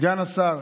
סגן השר